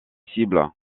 cibles